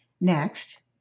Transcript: Next